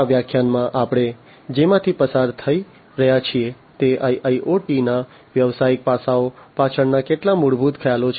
આ વ્યાખ્યાનમાં આપણે જેમાંથી પસાર થવા જઈ રહ્યા છીએ તે IIoT ના વ્યવસાયિક પાસાઓ પાછળના કેટલાક મૂળભૂત ખ્યાલો છે